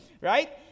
right